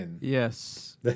Yes